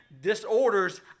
disorders